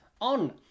on